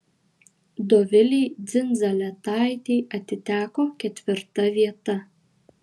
dovilei dzindzaletaitei atiteko ketvirta vieta